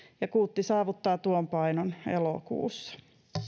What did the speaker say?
ja kuutti saavuttaa tuon painon elokuussa